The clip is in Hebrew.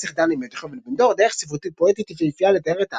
"הנסיך דני" מאת יוכבד בן-דור דרך ספרותית-פואטית יפהפייה לתאר את האחר,